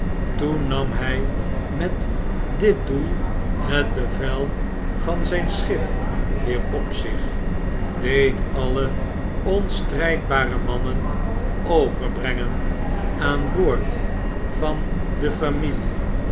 toen nam hy met dit doel het bevel van zyu schip weer op zich deed alle onstrgdbare mannen overbrengen aan boord van de famine